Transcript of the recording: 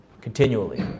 continually